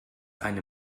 eine